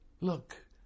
Look